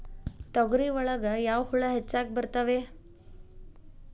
ತೊಗರಿ ಒಳಗ ಯಾವ ಹುಳ ಹೆಚ್ಚಾಗಿ ಬರ್ತವೆ?